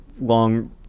long